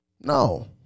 No